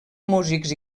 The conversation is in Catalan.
músics